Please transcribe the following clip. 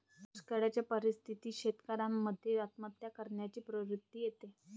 दुष्काळयाच्या परिस्थितीत शेतकऱ्यान मध्ये आत्महत्या करण्याची प्रवृत्ति येते